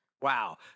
Wow